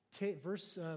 Verse